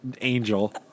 angel